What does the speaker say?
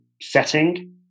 setting